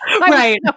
Right